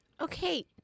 Okay